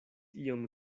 iom